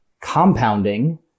Compounding